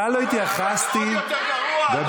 עוד יותר גרוע, אדוני.